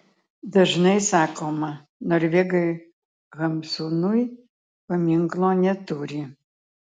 dažnai sakoma norvegai hamsunui paminklo neturi